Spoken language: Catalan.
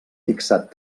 fixat